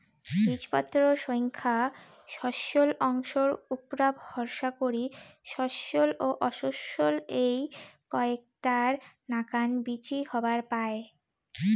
বীজপত্রর সইঙখা শস্যল অংশর উপুরা ভরসা করি শস্যল ও অশস্যল এ্যাই কয়টার নাকান বীচি হবার পায়